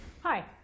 Hi